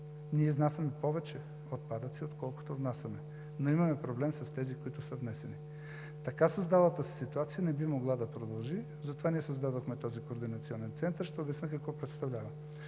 Ние изнасяме повече отпадъци, отколкото внасяме, но имаме проблем с тези, които са внесени. Така създалата се ситуация не би могла да продължи, затова създадохме този координационен център. Ще обясня какво представлява.